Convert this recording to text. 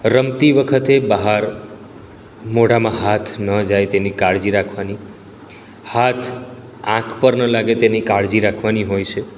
રમતી વખતે બહાર મોઢામાં હાથ ન જાય તેની કાળજી રાખવાની હાથ આંખ પર ન લાગે તેની કાળજી રાખવાની હોય છે